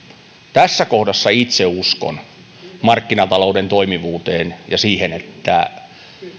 tässä kohdassa itse uskon markkinatalouden toimivuuteen ja siihen että